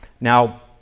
Now